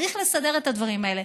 צריך לסדר את הדברים האלה.